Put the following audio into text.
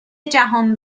جهان